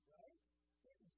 right